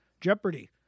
Jeopardy